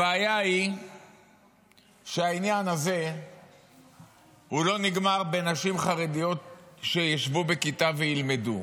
הבעיה היא שהעניין הזה לא נגמר בנשים חרדיות שישבו בכיתה וילמדו.